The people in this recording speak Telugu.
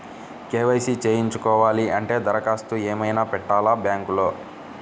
కే.వై.సి చేయించుకోవాలి అంటే దరఖాస్తు ఏమయినా పెట్టాలా బ్యాంకులో?